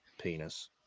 penis